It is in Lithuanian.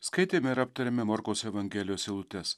skaitėme ir aptarėme morkaus evangelijos eilutes